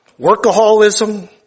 workaholism